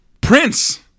Prince